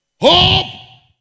Hope